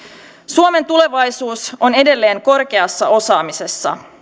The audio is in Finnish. suomen tulevaisuus on edelleen korkeassa osaamisessa